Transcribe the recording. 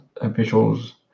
officials